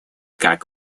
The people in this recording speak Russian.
как